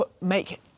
make